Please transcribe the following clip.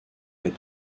est